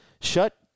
Shut